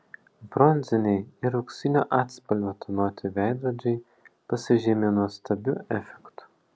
bronzinio ir auksinio atspalvio tonuoti veidrodžiai pasižymi nuostabiu efektu